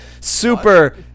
super